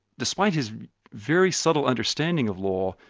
despite his very subtle understanding of law,